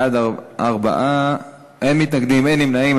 בעד, 4, אין מתנגדים ואין נמנעים.